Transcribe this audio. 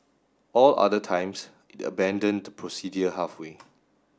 all other times it abandoned the procedure halfway